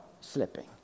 slipping